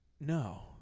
No